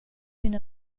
üna